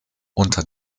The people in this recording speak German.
unter